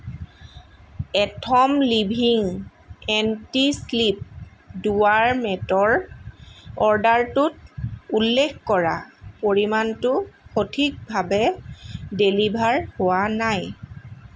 Athom living anti slip দুৱাৰ মেটৰ অৰ্ডাৰটোত উল্লেখ কৰা পৰিমাণটো সঠিকভাৱে ডেলিভাৰ হোৱা নাই